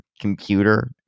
computer